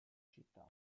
città